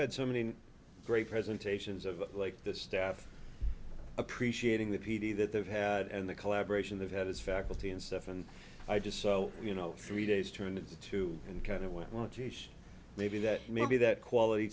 had so many great presentations of like the staff appreciating the p d that they've had and the collaboration they've had as faculty and staff and i just so you know three days turned into two and kind of want to maybe that maybe that quality